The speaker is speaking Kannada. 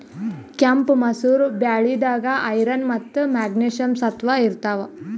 ಕೆಂಪ್ ಮಸೂರ್ ಬ್ಯಾಳಿದಾಗ್ ಐರನ್ ಮತ್ತ್ ಮೆಗ್ನೀಷಿಯಂ ಸತ್ವ ಇರ್ತವ್